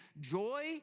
Joy